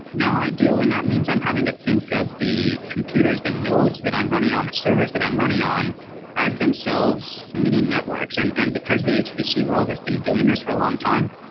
now i do, and that means i'm having to think of the computers, the nodes that i'm running on the servers that i'm running on as themselves mini-networks. and and because the hpc world has been doing this for a long time,